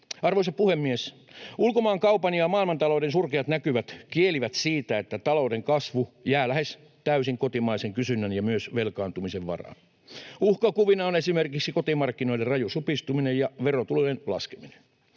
Arvoisa puhemies! Ulkomaankaupan ja maailmantalouden surkeat näkymät kielivät siitä, että talouden kasvu jää lähes täysin kotimaisen kysynnän ja myös velkaantumisen varaan. Uhkakuvina on esimerkiksi kotimarkkinoiden raju supistuminen ja verotulojen laskeminen.